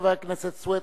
חבר הכנסת סוייד,